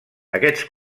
aquests